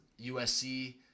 USC